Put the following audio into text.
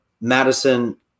Madison